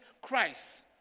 Christ